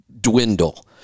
dwindle